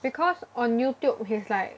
because on YouTube he's like